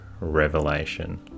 revelation